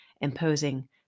imposing